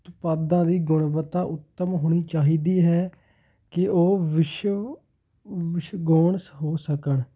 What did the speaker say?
ਉਤਪਾਦਾਂ ਦੀ ਗੁਣਵੱਤਾ ਉੱਤਮ ਹੋਣੀ ਚਾਹੀਦੀ ਹੈ ਕਿ ਉਹ ਵਿਸ਼ਵ ਵਿਸ਼ਗੋਨਸ ਹੋ ਸਕਣ